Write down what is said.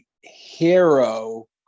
hero